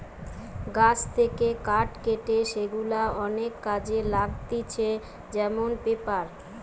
গাছ থেকে কাঠ কেটে সেগুলা অনেক কাজে লাগতিছে যেমন পেপার